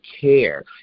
care